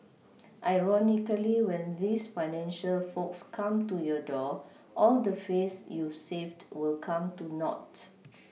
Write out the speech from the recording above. ironically when these financial folks come to your door all the face you've saved will come to naught